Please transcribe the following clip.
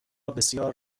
بسیار